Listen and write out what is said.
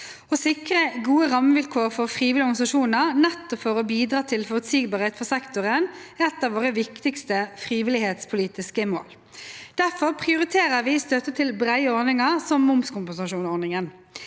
Å sikre gode rammevilkår for frivillige organisasjoner – nettopp for å bidra til forutsigbarhet for sektoren – er et av våre viktigste frivillighetspolitiske mål. Derfor prioriterer vi støtte til brede ordninger som momskompensasjonsordningen.